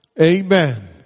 Amen